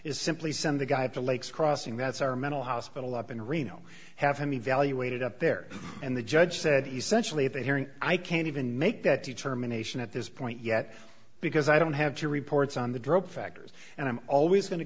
is simply send the guy to lakes crossing that's our mental hospital up in reno have him evaluated up there and the judge said essentially have a hearing i can't even make that determination at this point yet because i don't have to reports on the drop factors and i'm always going to